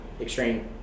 extreme